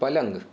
पलंग